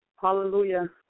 Hallelujah